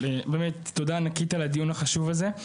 כמובן תודה ענקית על הדיון החשוב הזה.